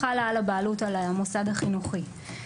חלה על הבעלות על המוסד החינוכי.